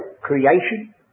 creation